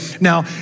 Now